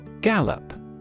Gallop